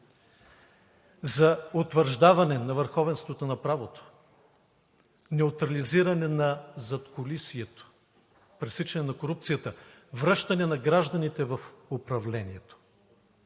за утвърждаване на върховенството на правото, неутрализиране на задкулисието, пресичане на корупцията, връщане на гражданите в управлението.